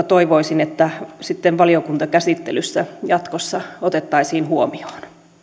toivoisin että ne sitten valiokuntakäsittelyssä jatkossa otettaisiin huomioon